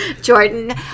Jordan